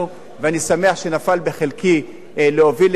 ואני שמח שנפל בחלקי להוביל את זה.